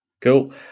Cool